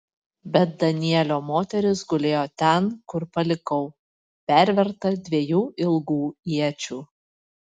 bet danielio moteris gulėjo ten kur palikau perverta dviejų ilgų iečių